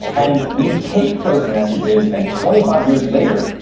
and we take those messages and twenty five years later,